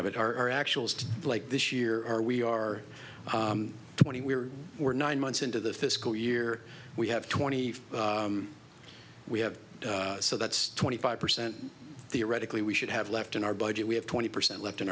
it our actual like this year are we are twenty we're we're nine months into the fiscal year we have twenty we have so that's twenty five percent theoretically we should have left in our budget we have twenty percent left in